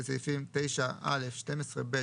בסעיפים 9(א),12(ב),